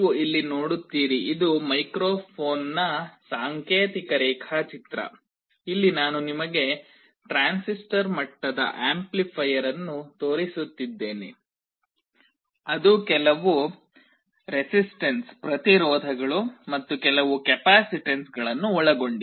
ನೀವು ಇಲ್ಲಿ ನೋಡುತ್ತೀರಿ ಇದು ಮೈಕ್ರೊಫೋನ್ನ ಸಾಂಕೇತಿಕ ರೇಖಾಚಿತ್ರ ಇಲ್ಲಿ ನಾನು ನಿಮಗೆ ಟ್ರಾನ್ಸಿಸ್ಟರ್ ಮಟ್ಟದ ಆಂಪ್ಲಿಫೈಯರ್ ಅನ್ನು ತೋರಿಸುತ್ತಿದ್ದೇನೆ ಅದು ಕೆಲವು ಪ್ರತಿರೋಧಗಳು ಮತ್ತು ಕೆಲವು ಕೆಪಾಸಿಟೆನ್ಸ್ಗಳನ್ನು ಒಳಗೊಂಡಿದೆ